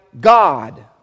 God